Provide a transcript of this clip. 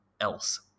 else